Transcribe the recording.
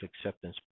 acceptance